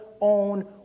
own